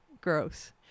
gross